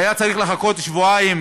אותו נבחן, שהיה צריך לחכות שבועיים